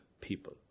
people